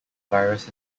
virus